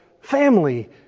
family